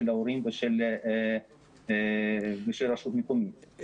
ההורים ושל הרשות המקומית.